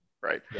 Right